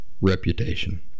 reputation